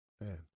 Man